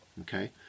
okay